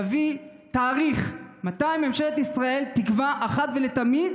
להביא תאריך: מתי ממשלת ישראל תקבע אחת ולתמיד